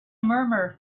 murmur